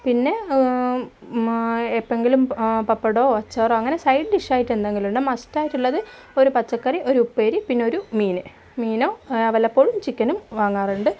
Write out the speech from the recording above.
പിന്നെ എപ്പൊഴെങ്കിലും പപ്പടമോ അച്ചാറോ അങ്ങനെ സൈഡ് ഡിഷായിട്ടെന്തെങ്കിലും ഉണ്ടാക്കും മസ്റ്റായിട്ടുള്ളത് ഒരു പച്ചക്കറി ഒരു ഉപ്പേരി പിന്നെ ഒരു മീൻ മീനോ വല്ലപ്പോഴും ചിക്കനും വാങ്ങാറുണ്ട്